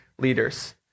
leaders